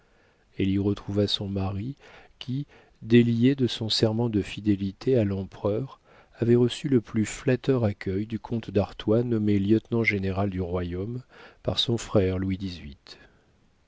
elle y retrouva son mari qui délié de son serment de fidélité à l'empereur avait reçu le plus flatteur accueil du comte d'artois nommé lieutenant-général du royaume par son frère louis